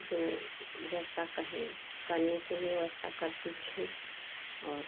जो जैसा कहे करने के लिए वैसा करती थीं और